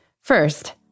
First